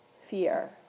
fear